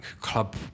club